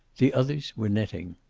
the others were knitting.